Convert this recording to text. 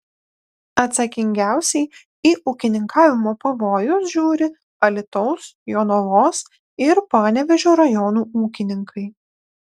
atsakingiausiai į ūkininkavimo pavojus žiūri alytaus jonavos ir panevėžio rajonų ūkininkai